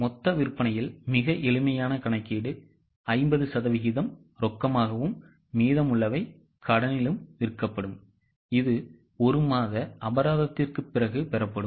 மொத்த விற்பனையில் மிக எளிமையான கணக்கீடு 50 சதவிகிதம் ரொக்கமாகவும் மீதமுள்ளவை கடனிலும் விற்கப்படும் இது 1 மாத அபராதத்திற்குப் பிறகு பெறப்படும்